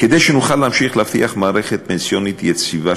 כדי שנוכל להמשיך להבטיח מערכת פנסיונית יציבה,